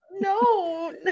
No